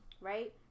Right